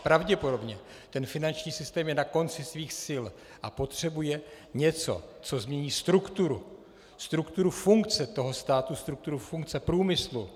Pravděpodobně ten finanční systém je na konci svých sil a potřebuje něco, co změní strukturu, strukturu funkce státu, strukturu funkce průmyslu.